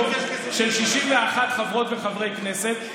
רוב של 61 חברות וחברי כנסת.